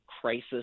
crisis